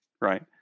right